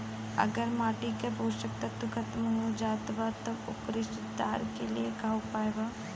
अगर माटी के पोषक तत्व खत्म हो जात बा त ओकरे सुधार के लिए का उपाय बा?